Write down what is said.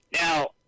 Now